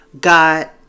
god